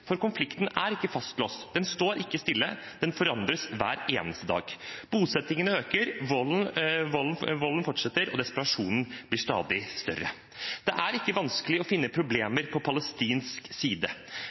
for konflikten er ikke fastlåst, den står ikke stille, den forandres hver eneste dag. Bosettingene øker, volden fortsetter, og desperasjonen blir stadig større. Det er ikke vanskelig å finne problemer på palestinsk side,